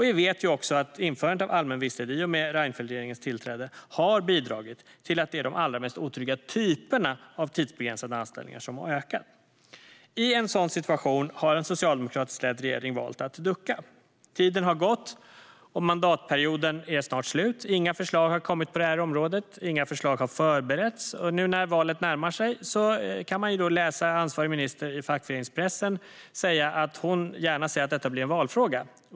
Vi vet också att införandet av allmän visstid i och med Reinfeldtregeringens tillträde har bidragit till att de allra mest otrygga typerna av tidsbegränsade anställningar har ökat. I en sådan situation har en socialdemokratiskt ledd regering valt att ducka. Tiden har gått, och mandatperioden är snart slut. Inga förslag har kommit på området. Inga förslag har förberetts. Och nu när valet närmar sig kan man läsa i fackföreningspressen att ansvarig minister säger att hon gärna ser att detta blir en valfråga.